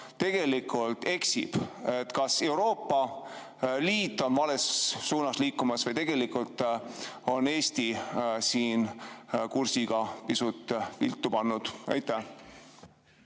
tegelikult eksib: kas Euroopa Liit on vales suunas liikumas või tegelikult on Eesti oma kursiga pisut viltu pannud? Suur